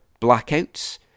blackouts